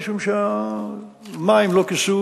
כי המים לא כיסו